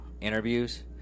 interviews